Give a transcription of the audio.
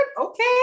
Okay